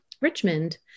Richmond